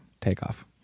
takeoff